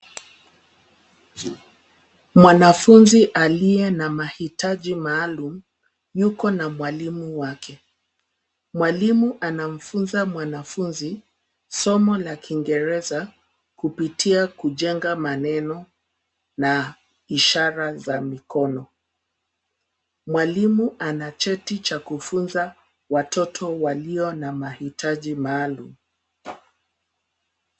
Mwanafunzi aliye na mahitaji maalum, yuko na mwalimu wake. Mwalimu anamfunza mwanafunzi somo la Kingereza kupitia kujenga maneno na ishara za mikono. Mwalimu ana cheti cha kufunza watoto walio na mahitaji maalum.